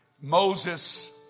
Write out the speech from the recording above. Moses